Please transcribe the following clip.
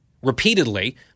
Repeatedly